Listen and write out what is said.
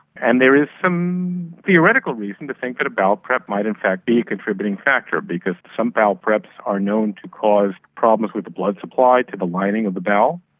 and there is some theoretical reason to think that a bowel prep might in fact be a contributing factor because some bowel preps are known to cause problems with the blood supply to the lining of the bowel,